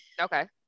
okay